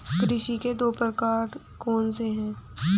कृषि के दो प्रकार कौन से हैं?